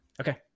Okay